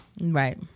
Right